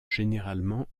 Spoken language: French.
généralement